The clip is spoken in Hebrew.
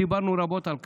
דיברנו רבות על כך,